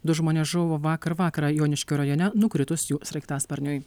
du žmonės žuvo vakar vakarą joniškio rajone nukritus jų sraigtasparniui